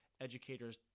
educators